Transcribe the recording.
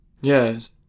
Yes